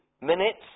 Minutes